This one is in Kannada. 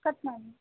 ಕಟ್ ಮಾಡಿ